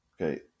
Okay